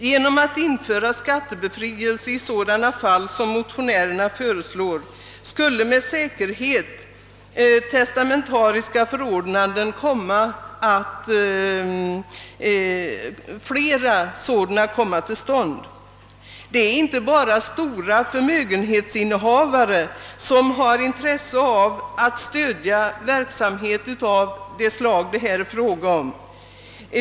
Genom att vi införde skattebefrielse i de fall som motionärerna föreslår skulle med säkerhet flera testamentariska förordnanden komma till stånd. Det är inte bara innehavare av stora förmögenheter som har intresse av att stödja verksamhet av det slag som det här är fråga om.